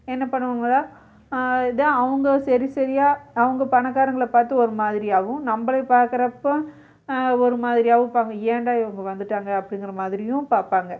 என்ன பண்ணுவாங்கனால் இதே அவங்க சரி சரியா அவங்க பணக்காரங்களை பார்த்து ஒரு மாதிரியாகவும் நம்மளை பார்க்குறப்ப ஒரு மாதிரியாகவும் பார்ப்பாங்க ஏன்டா இவங்க வந்துவிட்டாங்க அப்படிங்கிற மாதிரியும் பார்ப்பாங்க